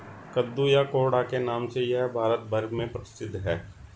कद्दू या कोहड़ा के नाम से यह भारत भर में प्रसिद्ध है